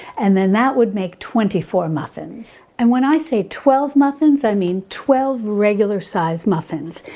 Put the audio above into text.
and then that would make twenty four muffins. and when i say twelve muffins, i mean twelve regular size muffins.